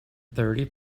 thirty